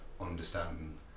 understanding